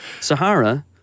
Sahara